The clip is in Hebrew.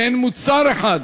אין מוצר אחד,